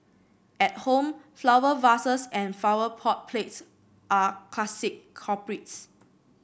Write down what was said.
at home flower vases and flower pot plates are classic culprits